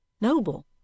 noble